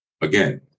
Again